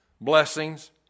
blessings